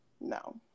No